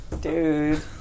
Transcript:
dude